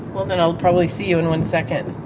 well then i'll probably see you in one second.